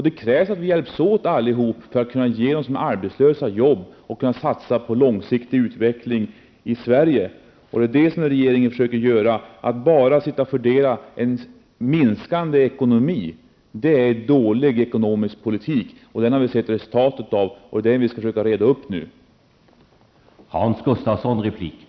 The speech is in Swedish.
Det krävs att vi allihop hjälps åt för att vi skall kunna ge de arbetslösa jobb och för att kunna satsa på en långsiktig utveckling i Sverige. Detta är vad regeringen försöker göra. Att bara fördela en minskande ekonomi är en dålig ekonomisk politik. Vi har fått se resultatet av en sådan politik, och det är vad vi nu skall försöka reda upp.